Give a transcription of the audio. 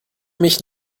mich